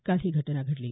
काल ही घटना घडली